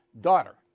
daughter